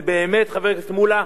זה באמת, חבר הכנסת מולה,